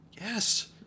Yes